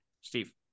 Steve